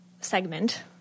segment